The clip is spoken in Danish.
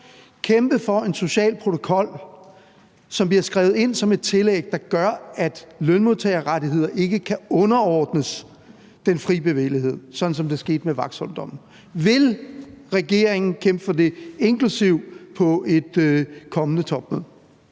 kæmpe for en social protokol, som bliver skrevet ind som et tillæg, der gør, at lønmodtagerrettigheder ikke kan underordnes den fri bevægelighed, sådan som det skete med Vaxholmdommen? Vil regeringen kæmpe for det, inklusive på et kommende topmøde?